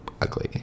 ugly